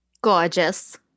gorgeous